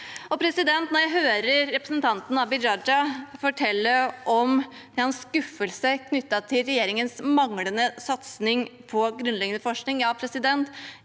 jeg hører representanten Abid Raja fortelle om en skuffelse knyttet til regjeringens manglende satsing på grunnleggende forskning,